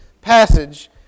passage